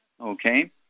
okay